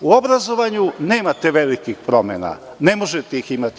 U obrazovanju nemate velikih promena, ne možete ih imati.